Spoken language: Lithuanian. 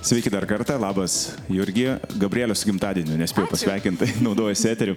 sveiki dar kartą labas jurgi gabrielės su gimtadieniu nespėjau pasveikint tai naudojuosi eteriu